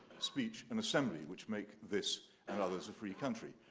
speech, and assembly, which make this and others a free country.